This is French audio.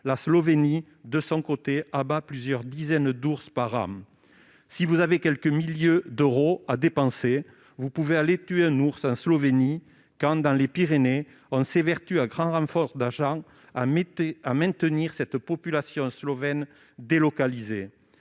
la Slovénie abat de son côté plusieurs dizaines d'ours par an. Si vous avez quelques milliers d'euros à dépenser, vous pouvez aller tuer un ours en Slovénie quand, dans les Pyrénées, on s'évertue à grand renfort d'argent à maintenir cette même population slovène délocalisée.